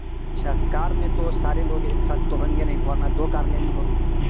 اچھا کار میں تو سارے لوگ ایک ساتھ تو ہوں گے نہیں ورنہ دو کار لینی ہوگی